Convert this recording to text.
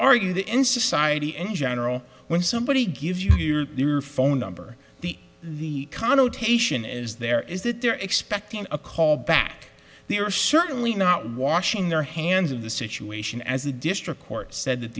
argue that in society in general when somebody gives you the phone number the the connotation is there is that they're expecting a call back they are certainly not washing their hands of the situation as the district court said that